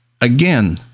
Again